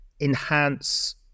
enhance